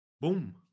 boom